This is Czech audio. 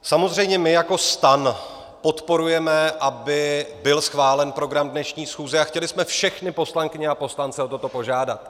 Samozřejmě my jako STAN podporujeme, aby byl schválen program dnešní schůze, a chtěli jsme všechny poslankyně a poslance o toto požádat.